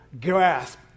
grasp